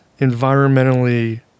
environmentally